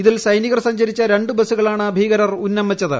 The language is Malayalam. ഇ തിൽ സൈനികർ സഞ്ചരിച്ച രണ്ട് ബസുകളാണ് ഭീകരർ ഉന്നംവെ ച്ചത്